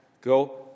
Go